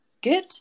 good